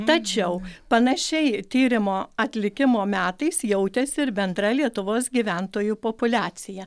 tačiau panašiai tyrimo atlikimo metais jautėsi ir bendra lietuvos gyventojų populiacija